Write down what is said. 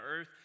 earth